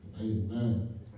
Amen